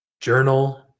journal